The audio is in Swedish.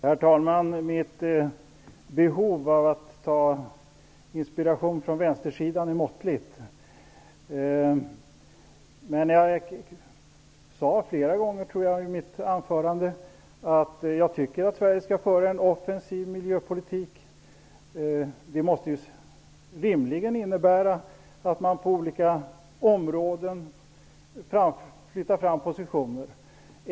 Herr talman! Mitt behov av att ta inspiration från vänstersidan är måttligt. Men jag sade flera gånger i mitt anförande, tror jag, att jag tycker att Sverige skall föra en offensiv miljöpolitik. Det måste rimligen innebära att man på olika områden flyttar fram positioner.